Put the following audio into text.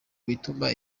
bituma